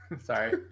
Sorry